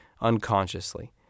unconsciously